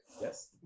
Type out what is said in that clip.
Yes